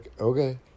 okay